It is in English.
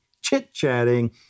chit-chatting